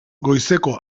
goizeko